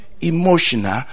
emotional